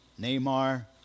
Neymar